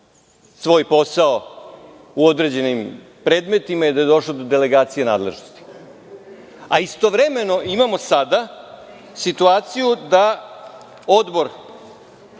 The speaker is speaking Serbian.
svoj posao u određenim predmetima i da je došlo do delegacije nadležnosti, a istovremeno imamo sada situaciju da Odbor